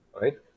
Right